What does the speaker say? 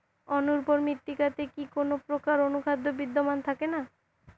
অনুর্বর মৃত্তিকাতে কি কোনো প্রকার অনুখাদ্য বিদ্যমান থাকে না?